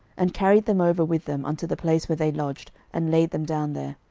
and carried them over with them unto the place where they lodged, and laid them down there.